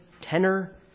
tenor